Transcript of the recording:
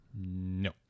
no